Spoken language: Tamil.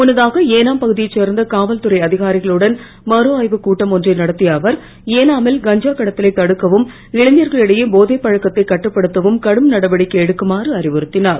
முன்னதாக ஏலும் பகுதியைச் சேர்ந்த காவல்துறை அதிகாரிகளுடன் மறுஆய்வுக் கூட்டம் ஒன்றை நடத்திய அவர் ஏஞ் மில் கஞ்சா கடத்தலைத் தடுக்கவும் இளைஞ்களிடையே போதைப் பழக்கத்தைக் கட்டுப்படுத்தவும் கடும் நடவடிக்கை எடுக்குமாறு அறிவுறுத்தினுர்